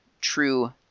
true